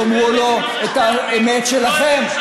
תאמרו לו את האמת שלכם.